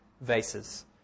vases